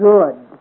Good